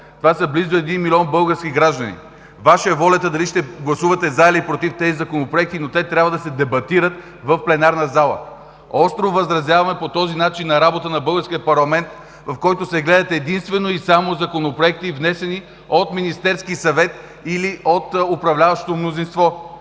Това са близо един милион български граждани. Ваша е волята дали ще гласувате „за“ или „против“ тези законопроекти, но те трябва да се дебатират в пленарната зала. Остро възразяваме по този начин на работа на българския парламент, в който се гледат единствено и само законопроекти, внесени от Министерския съвет или от управляващото мнозинство.